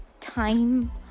time